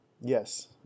yes